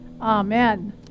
Amen